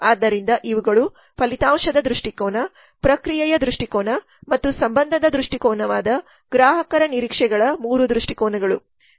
ಆದ್ದರಿಂದ ಇವುಗಳು ಫಲಿತಾಂಶದ ದೃಷ್ಟಿಕೋನ ಪ್ರಕ್ರಿಯೆಯ ದೃಷ್ಟಿಕೋನ ಮತ್ತು ಸಂಬಂಧದ ದೃಷ್ಟಿಕೋನವಾದ ಗ್ರಾಹಕರ ನಿರೀಕ್ಷೆಗಳ 3 ದೃಷ್ಟಿಕೋನ